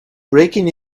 breaking